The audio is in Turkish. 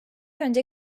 önce